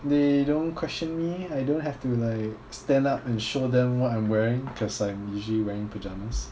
they don't question me I don't have to like stand up and show them what I'm wearing cause I'm usually wearing pyjamas